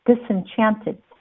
disenchanted